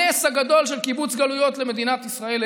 הנס הגדול של קיבוץ גלויות למדינת ישראל,